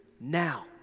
now